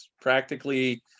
practically